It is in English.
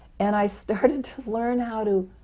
and i started to learn how to